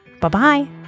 Bye-bye